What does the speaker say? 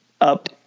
up